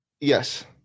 Yes